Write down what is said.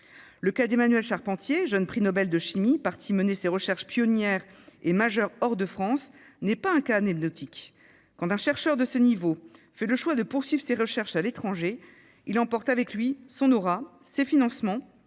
Le cas d'Emmanuelle Charpentier, jeune prix Nobel de chimie, partie mener ses recherches pionnières et majeures hors de France, n'est pas anecdotique : quand un chercheur de ce niveau fait le choix de poursuivre ses recherches à l'étranger, il emporte avec lui son aura, ses financements